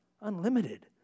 unlimited